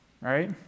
right